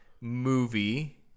movie